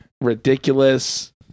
ridiculous